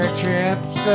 chips